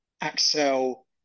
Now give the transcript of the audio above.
Axel